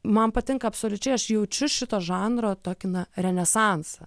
man patinka absoliučiai aš jaučiu šito žanro tokį na renesansą